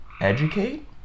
educate